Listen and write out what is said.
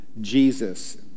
Jesus